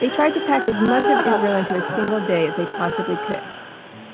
they tried to pack as much of israel into a single day as they possibly could